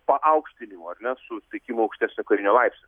paaukštinimu ar ne suteikimu aukštesnio karinio laipsnio